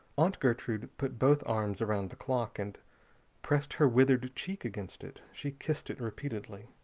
aunt gertrude put both arms around the clock and pressed her withered cheek against it. she kissed it repeatedly.